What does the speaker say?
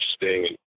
interesting